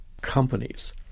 companies